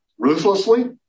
Ruthlessly